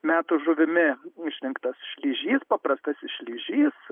metų žuvimi išrinktas šlyžys paprastasis šlyžys